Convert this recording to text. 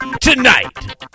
Tonight